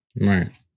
Right